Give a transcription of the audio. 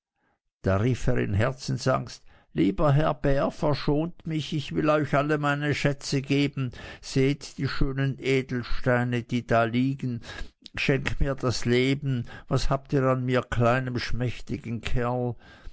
da rief er in herzensangst lieber herr bär verschont mich ich will euch alle meine schätze geben sehet die schönen edelsteine die da liegen schenkt mir das leben was habt ihr an mir kleinem schmächtigen kerl